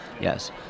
yes